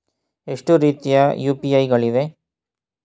ಎಷ್ಟು ರೀತಿಯ ಯು.ಪಿ.ಐ ಗಳಿವೆ?